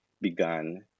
begun